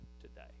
today